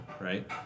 right